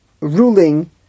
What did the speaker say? ruling